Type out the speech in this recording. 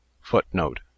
footnote